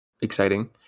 exciting